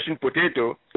potato